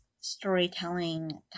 storytelling